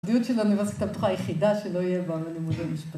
הודיעו שהאוניברסיטה הפתוחה היא היחידה שלא יהיו בה לימודי משפטים...